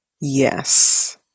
Yes